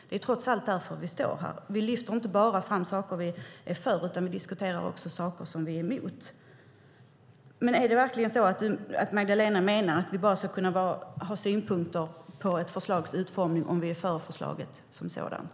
Det är trots allt därför vi står här. Vi lyfter inte bara fram saker vi är för utan diskuterar också saker som vi är emot. Menar Magdalena verkligen att vi får ha synpunkter på ett förslags utformning bara om vi är för förslaget som sådant?